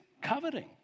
coveting